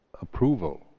approval